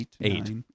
Eight